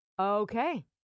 Okay